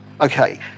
Okay